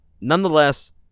nonetheless